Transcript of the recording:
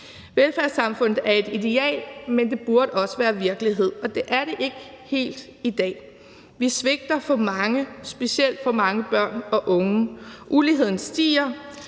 Velfærdssamfundet er et ideal, men det burde også være virkelighed, og det er det ikke helt i dag. Vi svigter for mange, specielt for mange børn og unge. Uligheden stiger,